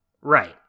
Right